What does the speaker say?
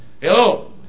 Hello